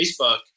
Facebook